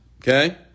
okay